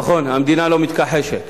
נכון, המדינה לא מתכחשת